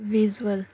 visual